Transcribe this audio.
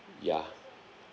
ya